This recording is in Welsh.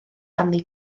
ganddi